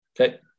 Okay